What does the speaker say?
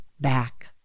back